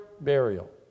burial